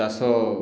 ଚାଷ